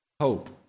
hope